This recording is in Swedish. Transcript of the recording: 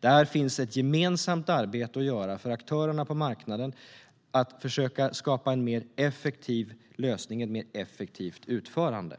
Där finns ett gemensamt arbete att göra för aktörerna på marknaden att försöka skapa en mer effektiv lösning och ett mer effektivt utförande.